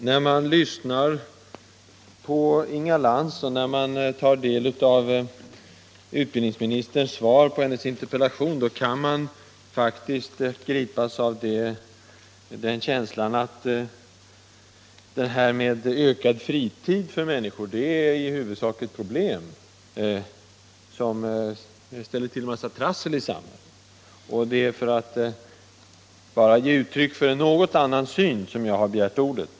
Nr 116 Herr talman! När man lyssnar på Inga Lantz och när man tar del av utbildningsministerns svar på hennes interpellation kan man faktiskt gripas av känslan att det här att människor får ökad fritid i huvudsak är = ett problem, som ställer till en massa trassel i samhället. Det är för att — Om åtgärder för en ge uttryck för en annan syn, som jag har begärt ordet.